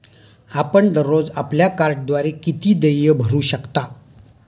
आपण दररोज आपल्या कार्डद्वारे किती देय भरू शकता?